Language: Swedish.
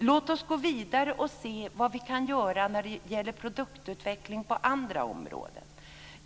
Låt oss gå vidare och se vad vi kan göra när det gäller produktutveckling på andra områden.